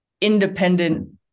independent